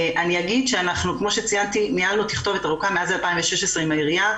אני אגיד שכמו שציינתי ניהלנו תכתובת ארוכה מאז 2016 עם העירייה.